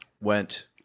went